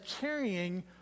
carrying